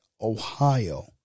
Ohio